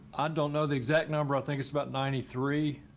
and know the exact number. i think it's about ninety three.